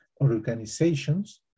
organizations